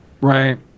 Right